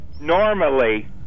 normally